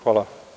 Hvala.